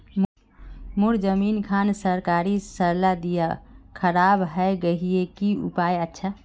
मोर जमीन खान सरकारी सरला दीया खराब है गहिये की उपाय अच्छा?